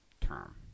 term